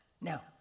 Now